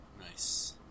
Nice